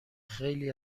خیلی